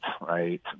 right